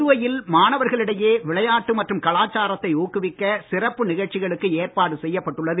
புதுவையில் மாணவர்களிடையே விளையாட்டு மற்றும் கலாச்சாரத்தை ஊக்குவிக்க சிறப்பு நிகழ்ச்சிகளுக்கு ஏற்பாடு செய்யப்பட்டுள்ளது